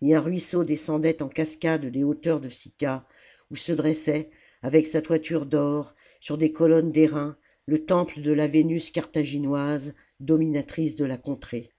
et un ruisseau descendait en cascades des hauteurs de sicca oii se dressait avec sa toiture d'or sur des colonnes d'airain le temple de la vénus carthaginoise dominatrice de la contrée